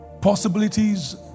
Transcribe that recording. possibilities